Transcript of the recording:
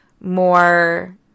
more